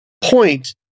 point